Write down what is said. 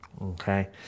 Okay